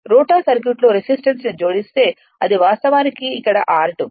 rotor circuit లో రెసిస్టెన్స్ని జోడిస్తే ఇది వాస్తవానికి ఇక్కడ r2